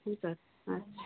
ঠিক আছে হ্যাঁ